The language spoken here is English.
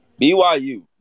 BYU